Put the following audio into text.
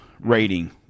rating